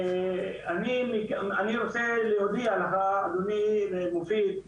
אני רוצה להודיע לך, אדוני מופיד,